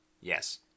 Yes